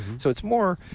so it's more